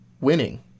winning